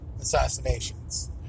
assassinations